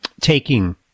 Taking